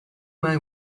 man